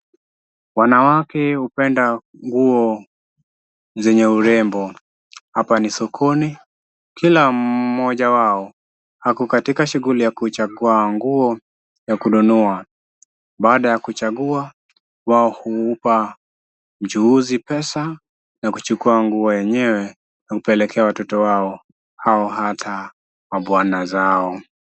Wanawake hupenda nguo zenye urembo. Hapa ni sokoni. Kila mmoja wao ako katika shughuli ya kuchagua nguo na kununua. Baada ya kuchagua wao humpa mchuuzi pesa na kuchukua nguo yenyewe na kupelekea watoto wao au hata mabwana zao.